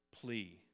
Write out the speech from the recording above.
plea